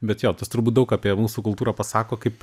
bet jos turbūt daug apie mūsų kultūrą pasako kaip